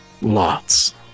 lots